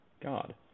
God